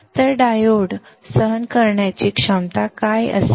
तर diode withstand करण्याची क्षमता काय असावी